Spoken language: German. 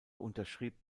unterschrieb